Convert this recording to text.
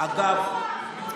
אבל אתה אומר את זה כל שבוע.